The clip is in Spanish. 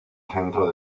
centro